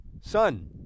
son